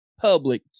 public